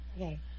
Okay